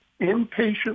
inpatient